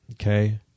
Okay